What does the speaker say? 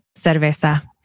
cerveza